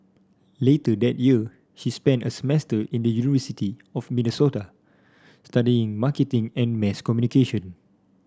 later that year she spent a semester in the University of Minnesota studying marketing and mass communication